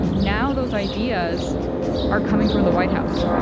now those ideas are coming from the white house